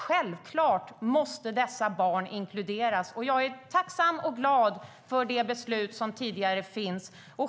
Självklart måste dessa barn inkluderas. Jag är tacksam och glad för det beslut som tidigare finns.